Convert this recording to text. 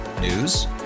News